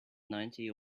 ninety